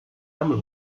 ärmel